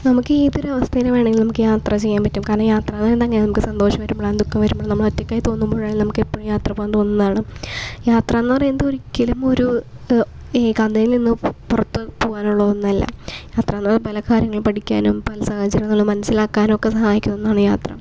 നമുക്ക് ഏതൊരവസ്ഥയിൽ വേണങ്കിലും നമുക്ക് യാത്ര ചെയ്യാം പറ്റും കാരണം യാത്രകള് തന്നെ നമുക്ക് സന്തോഷം വരുമ്പളും ദുഃഖം വരുമ്പളും നമ്മള് ഒറ്റക്കായി തോന്നുമ്പോഴെല്ലാം നമുക്ക് ഇപ്പോഴും യാത്ര പോവാൻ തോന്നുന്നതാണ് യാത്ര എന്ന് പറയുന്നത് ഒരിക്കലും ഒരു ഏകാന്തതയിൽ നിന്ന് പുറത്ത് പോവാനുള്ള ഒന്നല്ല യാത്ര എന്ന് പറഞ്ഞാൽ പല കാര്യങ്ങളും പഠിക്കാനും പല സാഹചര്യങ്ങളും മനസ്സിലാക്കാനുമൊക്കെ സഹായിക്കുന്ന ഒന്നാണ് യാത്ര